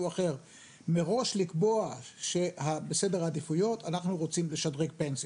אחר מראש לקבוע בסדר העדיפויות: אנחנו רוצים לשדרג פנסיות.